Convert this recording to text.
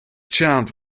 charmed